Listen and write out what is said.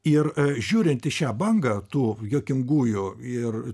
ir žiūrint į šią bangą tų juokingųjų ir